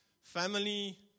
family